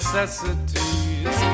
Necessities